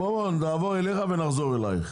בוא נעבור אלייך ונחזור אלייך.